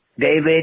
David